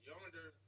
Yonder